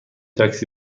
تاکسی